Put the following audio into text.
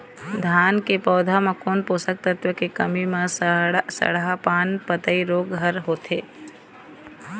धान के पौधा मे कोन पोषक तत्व के कमी म सड़हा पान पतई रोग हर होथे?